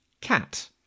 Cat